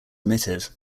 omitted